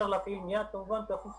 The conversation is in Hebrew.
תודה.